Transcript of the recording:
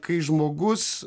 kai žmogus